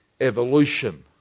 evolution